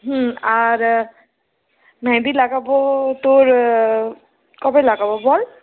আর মেহেন্দি লাগাবো তোর কবে লাগাবো বল